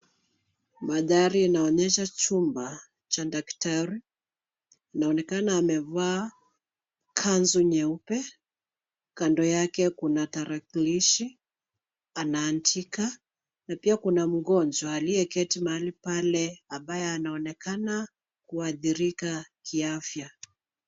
Mandhari inaonyesha chumba cha daktari. Inaonekana amevaa kanzu nyeupe. Kando yake kuna tarakilishi, anaandika. Na pia kuna mgonjwa aliyeketi mahali pale ambaye anaonekana kuathirika kiafya.